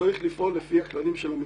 וצריך לפעול לפי הכללים של המקצוע,